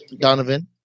Donovan